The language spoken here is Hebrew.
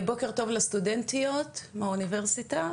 בוקר טוב לסטודנטיות מהאוניברסיטה,